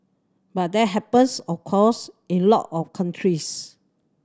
but that happens of course in a lot of countries